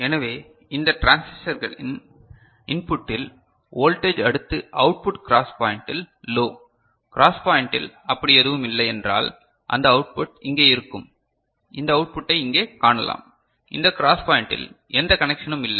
எனவே இந்த டிரான்சிஸ்டரின் இன்புட்டில் வோல்டேஜ் அடுத்து அவுட்புட் கிராஸ் பாய்ண்டில் லோ கிராஸ் பாய்ண்டில் அப்படி எதுவும் இல்லை என்றால் இந்த அவுட்புட் இங்கே இருக்கும் இந்த அவுட்புட்டை இங்கே காணலாம் இந்த கிராஸ் பாய்ண்டில் எந்த கனெக்ஷனும் இல்லை